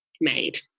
made